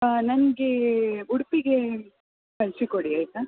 ನನಗೆ ಉಡುಪಿಗೆ ಕಳಿಸಿಕೊಡಿ ಆಯಿತಾ